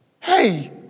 Hey